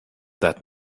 that